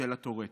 בשל הטורט.